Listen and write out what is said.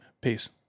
Peace